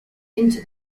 into